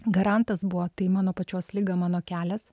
garantas buvo tai mano pačios liga mano kelias